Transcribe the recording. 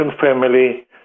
family